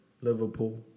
Liverpool